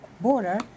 border